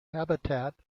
habitat